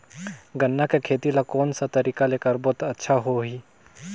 गन्ना के खेती ला कोन सा तरीका ले करबो त अच्छा होही?